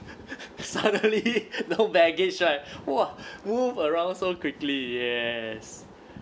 suddenly no baggage right !wah! move around so quickly yes